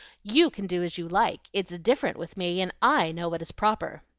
you can do as you like it's different with me, and i know what is proper.